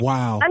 Wow